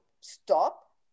stop